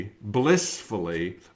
blissfully